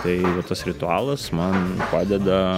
tai va tas ritualas man padeda